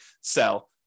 sell